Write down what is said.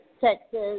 Texas